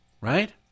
right